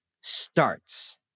starts